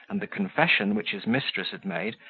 and the confession which his mistress had made,